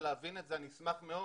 לא נדרש אותן.